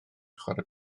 chwarae